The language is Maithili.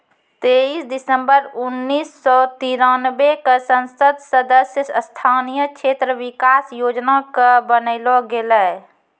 तेइस दिसम्बर उन्नीस सौ तिरानवे क संसद सदस्य स्थानीय क्षेत्र विकास योजना कअ बनैलो गेलैय